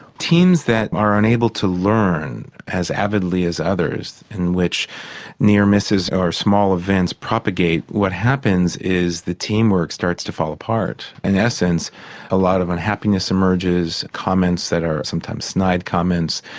teams that are unable to learn as avidly as others in which near misses are small events propagate what happens is the teamwork starts to fall apart, in essence a lot of unhappiness emerges, comments that are sometimes snide comments,